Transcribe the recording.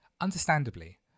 Understandably